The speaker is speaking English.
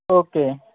okay